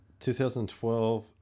2012